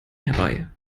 herbei